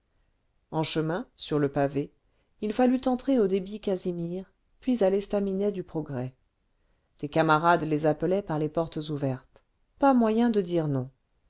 en chemin sur le pavé il fallut entrer au débit casimir puis à l'estaminet du progrès des camarades les appelaient par les portes ouvertes pas moyen de dire non